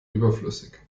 überflüssig